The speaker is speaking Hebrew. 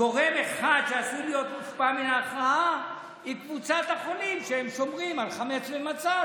הייתה בקשה לדיון נוסף, בג"ץ אמר שאם אתה רוצה.